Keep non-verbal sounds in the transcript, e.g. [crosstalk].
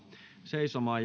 seisomaan [unintelligible]